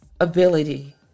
ability